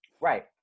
Right